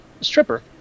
stripper